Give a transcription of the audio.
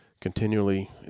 continually